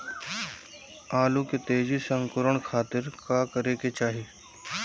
आलू के तेजी से अंकूरण खातीर का करे के चाही?